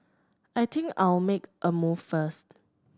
I think I'll make a move first